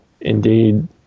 indeed